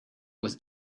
was